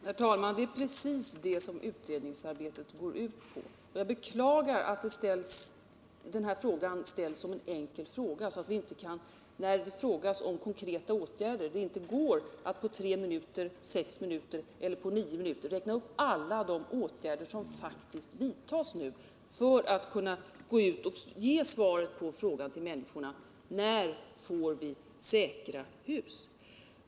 Herr talman! Det är precis det som utredningsarbetet går ut på. Jag beklagar att detta problem tas upp i en enkel fråga. Det går inte att på tre minuter — eller ens på sex minuter eller nio minuter — räkna upp alla de åtgärder som faktiskt nu vidtas för att kunna ge svar till människorna om när de skall få säkra hus.